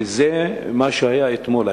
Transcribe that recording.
וזה מה שהיה אתמול.